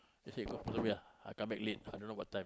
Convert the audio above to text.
I come back late I don't know what time